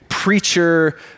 preacher